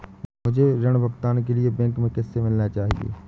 मुझे ऋण भुगतान के लिए बैंक में किससे मिलना चाहिए?